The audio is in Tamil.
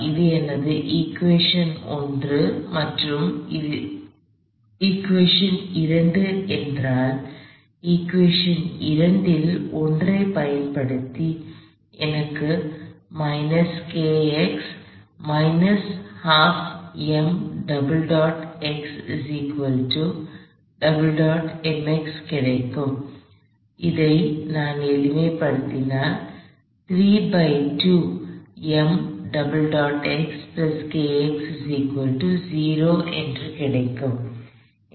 இது எனது இகுவேஷன் 1 மற்றும் இது இகுவேஷன் 2 என்றால் இகுவேஷன் 2 இல் 1 ஐப் பயன்படுத்தி எனக்கு கிடைக்கும் இதை நான் எளிமைப்படுத்தினால் எனக்கு கிடைக்கும்